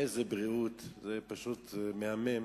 איזו בריאות, זה פשוט מהמם.